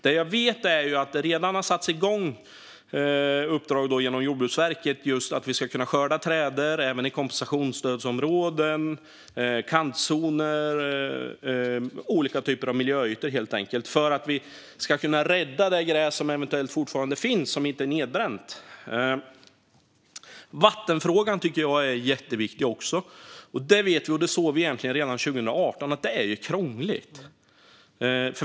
Det jag vet är att det genom Jordbruksverket redan har satts igång uppdrag gällande att kunna skörda trädor även i kompensationsstödsområden, liksom i kantzoner - olika typer av miljöytor, helt enkelt. Det handlar om att kunna rädda det gräs som eventuellt fortfarande finns och inte är nedbränt. Vattenfrågan tycker jag också är jätteviktig. Vi vet att det är krångligt, och det såg vi egentligen redan 2018.